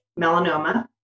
melanoma